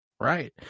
Right